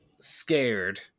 scared